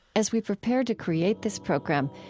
as we prepared to create this program,